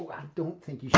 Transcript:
i don't think